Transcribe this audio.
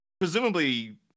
Presumably